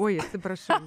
oi atsiprašau